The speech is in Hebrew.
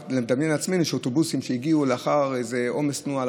רק נדמיין לעצמנו אוטובוסים שהגיעו לאחר עומס תנועה,